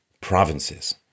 provinces